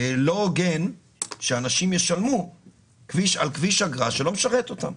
לא הוגן שאנשים ישלמו על כביש אגרה שלא משרת אותם.